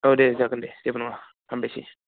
औ दे जागोन देह जेबो नङा हामबायसै